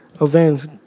events